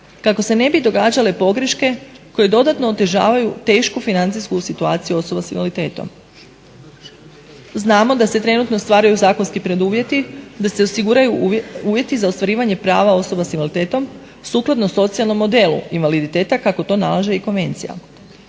Kako se ne bi događale pogreške koje dodatno otežavaju tešku financijsku situaciju osobe sa invaliditetom. Znamo da se trenutno stvaraju zakonski preduvjeti za se osiguraju uvjeti za ostvarivanje prava osoba sa invaliditetom sukladno s ocjenom modelu invaliditeta kako to nalaže i konvencija.